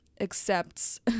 accepts